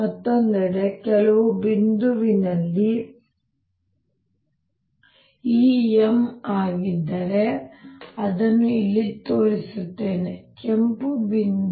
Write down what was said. ಮತ್ತೊಂದೆಡೆ ಕೆಂಪು ಬಿಂದುವಿನಲ್ಲಿ ಈ M ಆಗಿದ್ದರೆ ಅದನ್ನು ಇಲ್ಲಿ ತೋರಿಸುತ್ತೇನೆ ಕೆಂಪು ಬಿಂದು